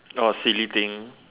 orh silly thing